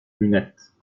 lunettes